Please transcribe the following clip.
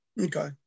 Okay